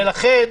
לכן,